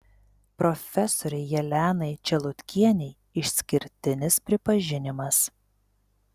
profesorei jelenai čelutkienei išskirtinis pripažinimas